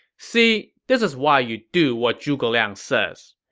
see, this is why you do what zhuge liang says.